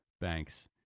banks